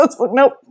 Nope